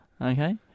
Okay